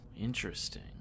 Interesting